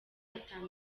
ata